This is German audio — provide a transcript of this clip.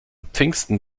pfingsten